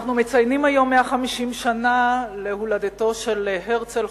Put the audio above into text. אנחנו מציינים היום 150 שנה להולדתו של הרצל,